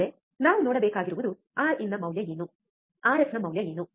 ಮುಂದೆ ನಾವು ನೋಡಬೇಕಾಗಿರುವುದು ಆರ್ಇನ್ ನ ಮೌಲ್ಯ ಏನು ಆರ್ಎಫ್ ನ ಮೌಲ್ಯ ಏನು